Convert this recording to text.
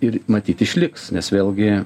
ir matyt išliks nes vėlgi